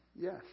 Yes